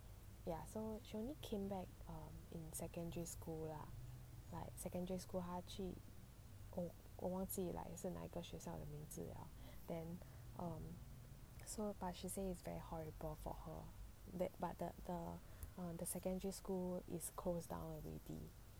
ya so she only came back err in secondary school lah like secondary school 她去我忘记 like 是哪个学校的名字 lah then um so but she say is very horrible for her that but the the secondary school is close down already